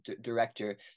director